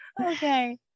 okay